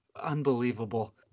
Unbelievable